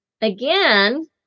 again